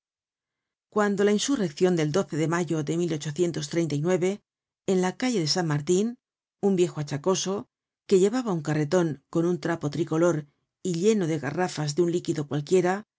cuando la insurreccion del de mayo de en la calle de san martin un viejo achacoso que llevaba un carreton con un trapo tricolor y lleno de garrafas de un líquido cualquiera